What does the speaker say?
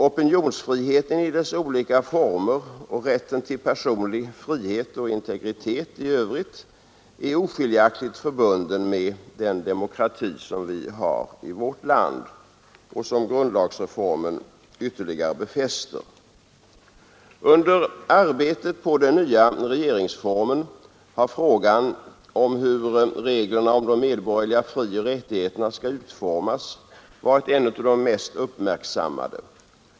Opinionsfriheten i dess olika former och rätten till personlig frihet och integritet i övrigt är oskiljaktigt förbundna med den demokrati som vi har i vårt land och som grundlagsreformen ytterligare befäster. Under arbetet på den nya regeringsformen har frågan om hur reglerna om de medborgerliga frioch rättigheterna skall utformas varit en av de mest uppmärksammade.